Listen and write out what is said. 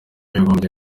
yagombye